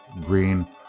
green